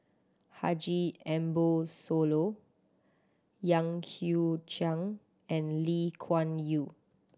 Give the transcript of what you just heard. Haji Ambo Sooloh Yan Hui Chang and Lee Kuan Yew